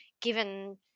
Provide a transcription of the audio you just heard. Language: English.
given